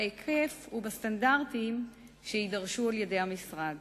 בהיקף ובסטנדרטים שיידרשו על-ידי המשרד.